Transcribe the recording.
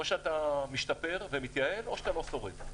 או שאתה משתפר ומתייעל או אתה לא שורד.